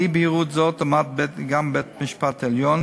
על אי-בהירות זו עמד גם בית-המשפט העליון